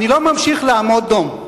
אני לא ממשיך לעמוד דום.